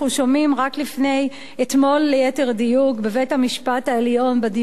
אתמול בבית-המשפט העליון בדיון על מגרון,